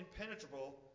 impenetrable